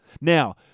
Now